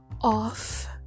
off